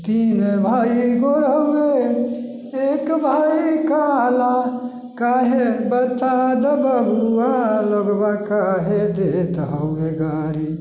तीन भाइ गोर होलय एक भाइ काला काहे बता दऽ बबुआ लोगबा काहे देत हमे गारी